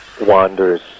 wanders